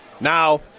Now